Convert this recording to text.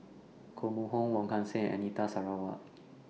Koh Mun Hong Wong Kan Seng Anita Sarawak